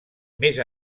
més